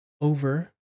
over